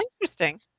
interesting